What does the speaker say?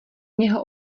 něho